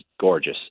gorgeous